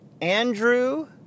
Andrew